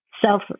self